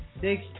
six